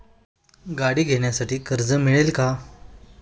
गाडी घेण्यासाठी कर्ज मिळेल का?